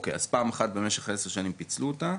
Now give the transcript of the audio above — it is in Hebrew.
אוקיי אז פעם אחת במשך עשר שנים פיצלו אותה?